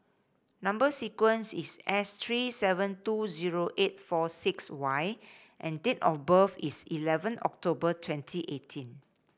number sequence is S threr seven two zero eight four six Y and date of birth is eleven October twenty eighteen